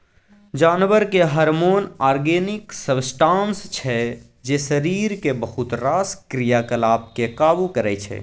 जानबरक hormone organic substance छै जे शरीरक बहुत रास क्रियाकलाप केँ काबु करय छै